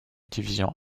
division